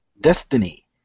Destiny